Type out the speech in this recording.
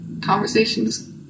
conversations